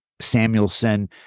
Samuelson